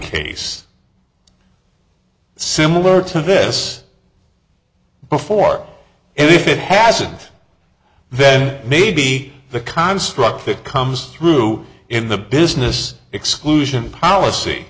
case similar to this before and if it hasn't then maybe the construct that comes through in the business exclusion policy